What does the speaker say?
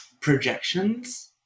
projections